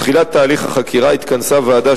בתחילת תהליך החקירה התכנסה ועדה,